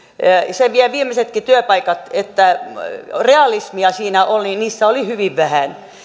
se vie viimeisetkin työpaikat realismia niissä oli hyvin vähän